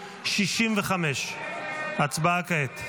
65. הצבעה כעת.